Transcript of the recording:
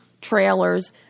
trailers